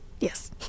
Yes